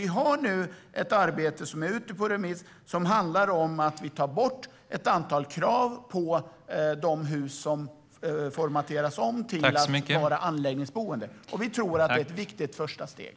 Nu har vi ett arbete ute på remiss som handlar om att vi tar bort ett antal krav på de hus som formateras om till att bli anläggningsboenden. Vi tror att det är ett viktigt första steg.